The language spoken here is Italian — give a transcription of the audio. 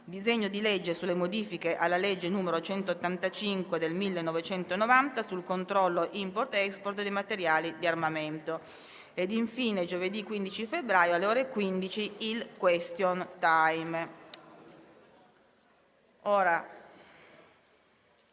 disegno di legge sulle modifiche alla legge n. 185 del 1990 sul controllo *import-export* dei materiali di armamento; giovedì 15 febbraio, alle ore 15, il *question time*.